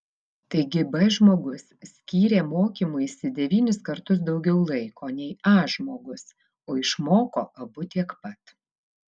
taigi b žmogus skyrė mokymuisi devynis kartus daugiau laiko nei a žmogus o išmoko abu tiek pat